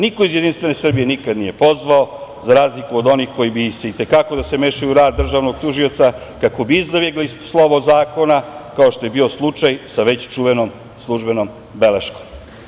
Niko iz JS je nikada nije pozvao, za razliku od onih koji bi i te kako da se mešaju u rad Državnog tužioca, kako bi izbegli slovo zakona, kao što je bio slučaj sa već čuvenom službenom beleškom.